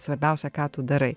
svarbiausia ką tu darai